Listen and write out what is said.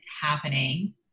happening